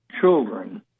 children